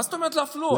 מה זאת אומרת להפלות?